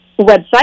website